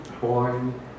born